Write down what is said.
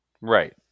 Right